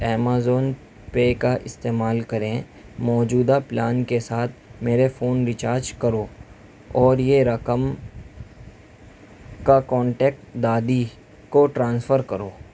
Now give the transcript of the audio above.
Amazon pay کا استعمال کریں موجودہ پلان کے ساتھ میرے فون ری چارج کرو اور یہ رقم کا کانٹیکٹ دادی کو ٹرانسفر کرو